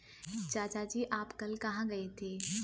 चाचा जी आप कल कहां गए थे?